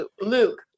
Luke